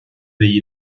degli